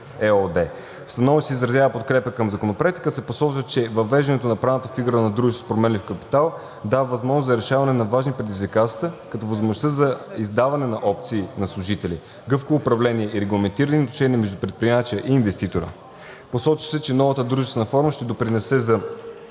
ЕООД. В становищата се изразява подкрепа към Законопроекта, като се посочва, че въвеждането на правната фигура на дружество с променлив капитал дава възможност за решаването на важни предизвикателства, като възможността за издаване на опции на служители, гъвкаво управление и регламентирани отношения между предприемача и инвеститора. Посочва се, че новата дружествена форма ще допринесе за